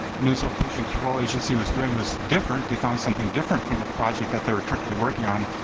minnesota pollution control agency was doing was different, they found something different from the project that they're currently working on,